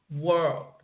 world